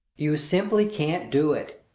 you simply can't do it.